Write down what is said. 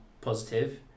positive